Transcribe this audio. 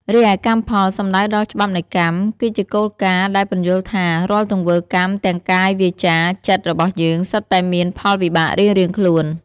រីឯកម្មផល សំដៅដល់ច្បាប់នៃកម្ម គឺជាគោលការណ៍ដែលពន្យល់ថា រាល់ទង្វើកម្ម ទាំងកាយ វាចា ចិត្ត របស់យើង សុទ្ធតែមានផលវិបាករៀងៗខ្លួន។